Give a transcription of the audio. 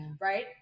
right